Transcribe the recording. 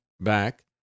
back